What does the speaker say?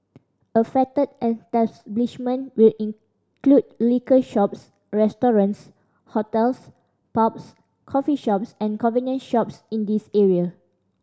affected establishment will include liquor shops restaurants hotels pubs coffee shops and convenience shops in these area